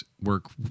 work